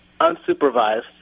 unsupervised